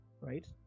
right